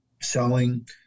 selling